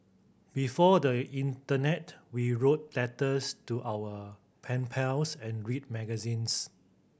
before the internet we wrote letters to our pen pals and read magazines